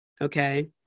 Okay